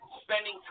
spending